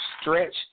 stretch